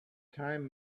time